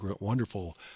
wonderful